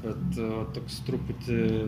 bet toks truputį